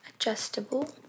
adjustable